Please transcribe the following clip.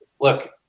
look